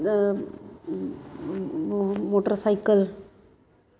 motor cycle